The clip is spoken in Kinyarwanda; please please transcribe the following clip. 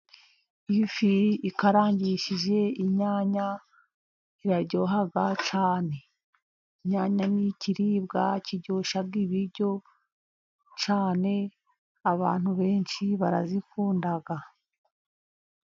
Iyo ifi ikarangishije inyanya, iraryoha cyane. Inyanya ni ikiribwa kiryoshya ibiryo cyane, abantu benshi barazikunda.